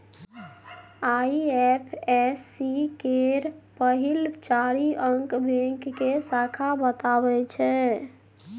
IFSC केर पहिल चारि अंक बैंक के शाखा बताबै छै